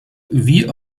wie